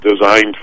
designed